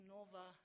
Nova